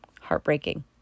heartbreaking